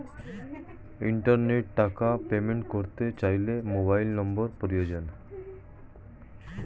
ইন্টারনেটে টাকা পেমেন্ট করতে চাইলে মোবাইল নম্বর প্রয়োজন